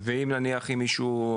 ואם נניח אם מישהו,